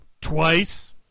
Twice